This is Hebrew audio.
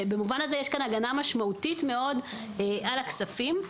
במובן הזה יש כאן הגנה משמעותית מאוד על הכספים.